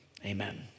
Amen